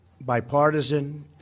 bipartisan